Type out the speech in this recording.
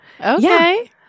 Okay